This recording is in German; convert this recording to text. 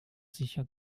sicher